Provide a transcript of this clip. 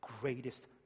greatest